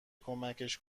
کمکش